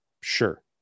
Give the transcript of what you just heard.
Sure